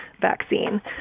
vaccine